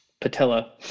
patella